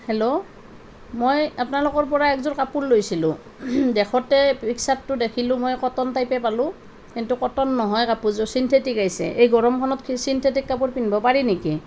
hello মই আপোনালোকৰ পৰা এযোৰ কাপোৰ লৈছিলোঁ দেখোঁতে পিকছাৰটো দেখিলোঁ মই কটন টাইপেই পালোঁ কিন্তু কটন নহয় কাপোৰযোৰ ছিন্থেটিক আহিছে এই গৰমখনত ছিন্থেটিক কাপোৰ পিন্ধিব পাৰি নেকি